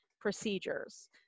procedures